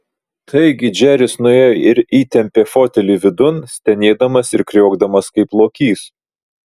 taigi džeris nuėjo ir įtempė fotelį vidun stenėdamas ir kriokdamas kaip lokys